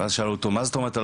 שאלו אותו מה זאת אומרת.